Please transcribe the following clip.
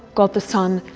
god the son,